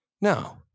No